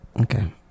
Okay